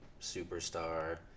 superstar